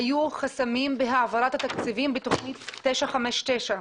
היו חסמים בהעברת התקציבים בתוכנית 959,